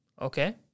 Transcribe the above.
Okay